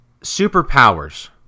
Superpowers